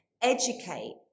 educate